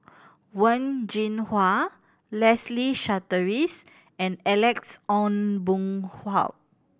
Wen Jinhua Leslie Charteris and Alex Ong Boon Hau